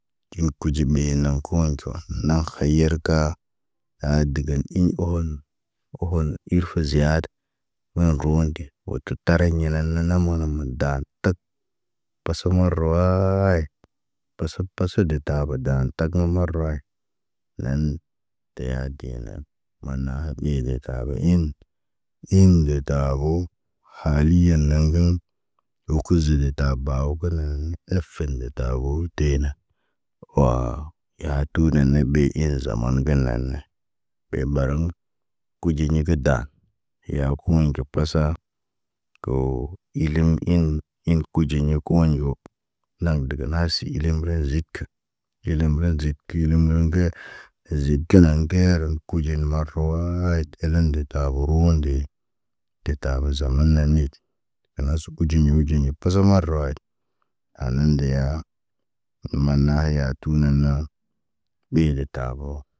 Tin kuɟu ɓe naŋg kuwaŋg kə wa naŋg khayarka. Aa digen iɲ bohoon. Ohon irfe ziyada. Wa ruwan ti, wo tut tariɲa na naŋg məno dan tak. Pasa marawaayit pasa, pasa de tabo daan tak marawaay. Naan de ya de ya nan. Maana had iye de tabo iŋg. Iŋg de tabo, haliyen naŋg ŋgənəp. Wo kuzi de tabo baw kənənəyit, efen de tabo tena. Wo yatu nan ɓe in zaman gə naana. Ɓe ɓarum, kuɟi ɲi kə dan. Yaa kumoɲ ɟo pasa, ko ilim in, in kuɟi kumoɲ wok. Naŋg dəga nasi, ilim bəriŋg ziik. ɟilim rən zig ki ilim roŋg diya zid kə naŋg kiɲaran ku kuɟin marawaayit elen de tabo ruwende. De tabo zaman na niit, ena suguɟu ɲi wuɟiɲi pa pasa marawaayit. Aana ndeya, maana yatu naana, ɓe de tabo.